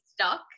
stuck